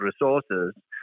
Resources